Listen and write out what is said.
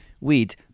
weed